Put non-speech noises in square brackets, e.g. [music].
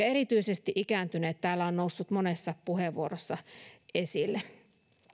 [unintelligible] erityisesti ikääntyneet ovat täällä nousseet monessa puheenvuorossa esille